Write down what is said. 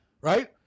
right